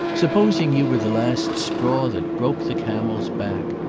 supposing you were the last straw that broke the camel's back!